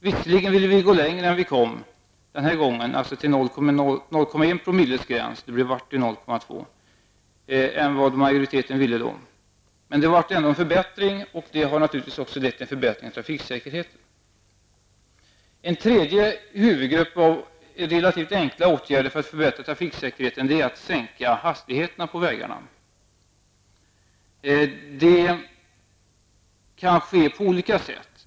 Visserligen ville miljöpartiet gå längre än dit vi kom den här gången -- miljöpartiet ville ha en gräns vid 0,1 promille. Nu blev det en promillegräns på 0,2 som majoriteten. Men det blev ändå en förbättring, och det har naturligtvis också inneburit en förbättring för trafiksäkerheten. En tredje huvudgrupp av relativt enkla åtgärder för att förbättra trafiksäkerheten är att sänka hastigheterna på vägarna. Det kan ske på olika sätt.